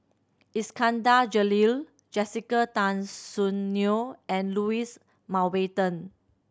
Iskandar Jalil Jessica Tan Soon Neo and Louis Mountbatten